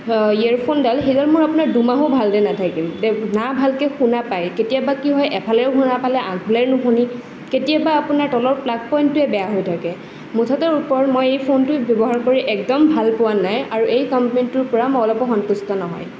year ফোনডাল সেইডাল মোৰ আপোনাৰ দুমাহো ভালে নাথাকিল না ভালকৈ শুনা পায় কেতিয়াবা কি হয় এফালে শুনা পালে আনফালে নুশুনি কেতিয়াবা আপোনাৰ তলৰ প্লাক পইণ্টটোৱে বেয়া হৈ থাকে মুঠৰ ওপৰত মই এই ফোনটো ব্যৱহাৰ কৰি একদম ভাল পোৱা নাই আৰু এই কোম্পানীটোৰ পৰা মই অলপো সন্তুষ্ট নহয়